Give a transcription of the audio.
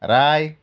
राय